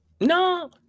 No